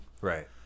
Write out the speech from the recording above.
Right